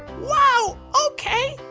wow! okay!